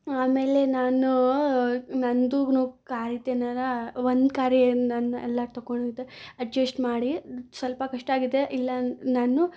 ಆಮೇಲೆ ನಾನು ನಂದು ಕಾರಿದೆನಲ್ಲ ಒಂದು ಕಾರೆ ನನ್ನ ಎಲ್ಲ ತೊಕೊಂಡಿದ್ದೆ ಅಡ್ಜಷ್ಟ್ ಮಾಡಿ ಸ್ವಲ್ಪ ಕಷ್ಟ ಆಗಿದೆ ಇಲ್ಲ ನಾನು